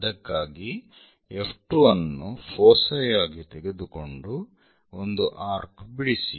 ಅದಕ್ಕಾಗಿ F2 ಅನ್ನು foci ಆಗಿ ತೆಗೆದುಕೊಂಡು ಒಂದು ಆರ್ಕ್ ಬಿಡಿಸಿ